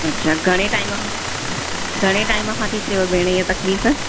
अच्छा घणे टाइम खां घणे टाइम खां थी थियेव भेण हीअ तकलीफ़